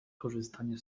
korzystanie